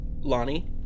Lonnie